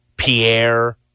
Pierre